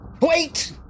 wait